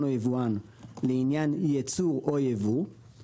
או יבואן" "לעניין ייצוא או ייבוא";